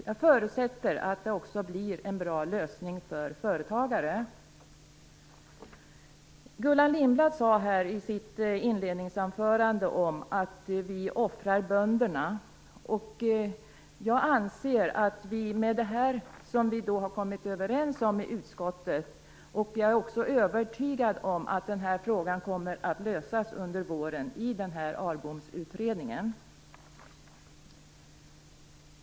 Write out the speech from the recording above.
Jag förutsätter att det också blir en bra lösning för företagare. Gullan Lindblad sade här i sitt inledningsanförande att vi offrar bönderna. Efter det vi har kommit överens om i utskottet är jag dock övertygad om att frågan kommer att lösas under våren i Arbomsutredningen.